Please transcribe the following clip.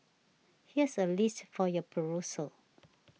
here's a list for your perusal